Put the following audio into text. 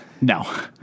no